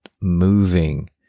moving